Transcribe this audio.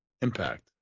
Impact